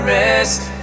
rest